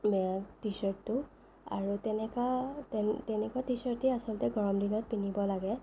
T শ্বাৰ্টটো আৰু তেনেকা তেনেকুৱা টি শ্বাৰ্টেই আচলতে গৰমত পিন্ধিব লাগে